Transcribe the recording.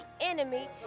enemy